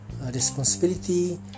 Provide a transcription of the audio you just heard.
responsibility